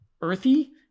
earthy